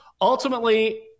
ultimately